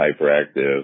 hyperactive